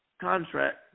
contract